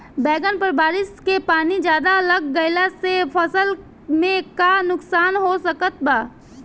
बैंगन पर बारिश के पानी ज्यादा लग गईला से फसल में का नुकसान हो सकत बा?